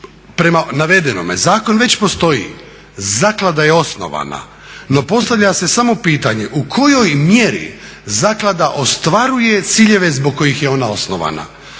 prema navedenome, zakon već postoji, zaklada je osnovana, no postavlja se samo pitanje u kojoj mjeri zaklada ostvaruje ciljeve zbog kojih je ona osnovana.